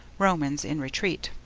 romans in retreat.